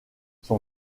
son